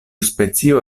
specio